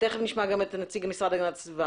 ותכף נשמע את נציג המשרד להגנת הסביבה